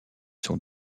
sont